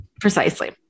Precisely